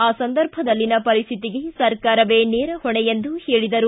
ಆ ಸಂದರ್ಭದಲ್ಲಿನ ಪರಿಸ್ಥಿತಿಗೆ ಸರ್ಕಾರವೇ ನೇರ ಹೊಣೆ ಎಂದು ಹೇಳಿದರು